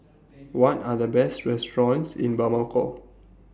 What Are The Best restaurants in Bamako